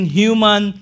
human